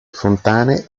fontane